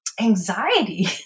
Anxiety